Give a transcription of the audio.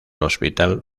hospital